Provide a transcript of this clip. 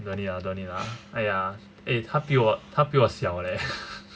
don't need lah don't need lah !aiya! eh 她比我她比我小 leh